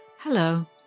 Hello